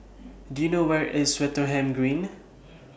Do YOU know Where IS Swettenham Green